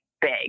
big